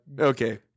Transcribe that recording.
okay